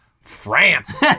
France